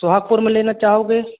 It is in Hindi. सोहागपुर में लेना चाहोगे